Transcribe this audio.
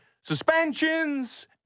suspensions